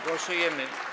Głosujemy.